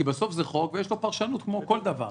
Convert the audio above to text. כי בסוף זה חוק, ויש לו פרשנות כמו כל דבר.